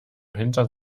winter